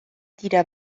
dira